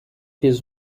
his